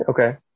Okay